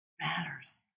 matters